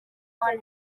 ari